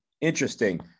interesting